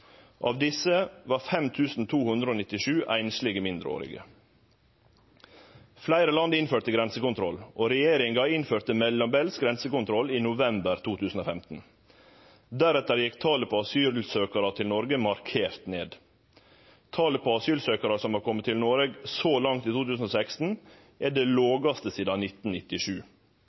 Av desse var 5 297 einslege mindreårige. Fleire land innførte grensekontroll, og regjeringa innførte mellombels grensekontroll i november 2015. Deretter gjekk talet på asylsøkjarar til Noreg markert ned. Talet på asylsøkjarar som har kome til Noreg så langt i 2016, er det lågaste sidan 1997.